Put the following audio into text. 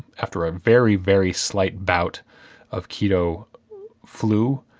after a very, very slight bout of keto flu,